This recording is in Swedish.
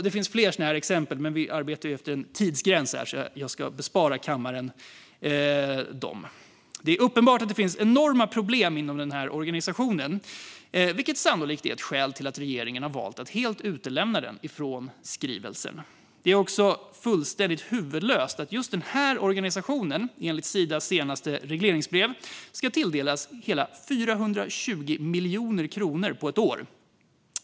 Det finns fler exempel, men eftersom vi ju har en tidsgräns här ska jag bespara kammaren dem. Det är uppenbart att det finns enorma problem inom denna organisation, vilket sannolikt är ett skäl till att regeringen har valt att helt utelämna den i skrivelsen. Det är också fullständigt huvudlöst att just denna organisation, enligt Sidas senaste regleringsbrev, ska tilldelas hela 420 miljoner kronor på ett år.